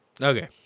Okay